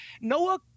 Noah